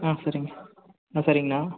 ஆ சரிங்க ஆ சரிங்கண்ணா